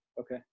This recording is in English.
okay